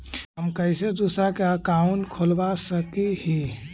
हम कैसे दूसरा का अकाउंट खोलबा सकी ही?